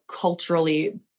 culturally